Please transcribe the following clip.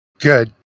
Good